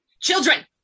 Children